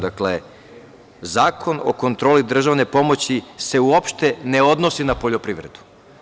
Dakle, Zakon o kontroli državne pomoći se uopšte ne odnosi na poljoprivredu.